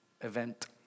event